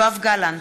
נגד יואב גלנט,